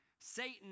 Satan